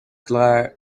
clear